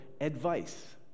advice